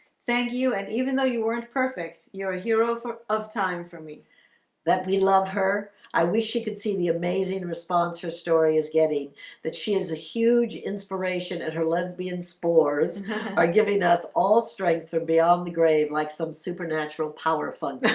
thank you and even though you weren't perfect, you're a hero for of time for me that we love her i wish he could see the amazing response her story is getting that she is a huge inspiration at her lesbian spores are giving us all strength from beyond the grave like some supernatural power funny